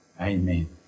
Amen